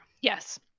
yes